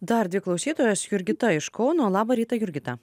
dar dvi klausytojos jurgita iš kauno labą rytą jurgita